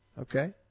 Okay